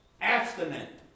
abstinent